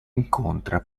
incontra